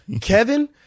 Kevin